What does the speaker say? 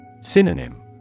Synonym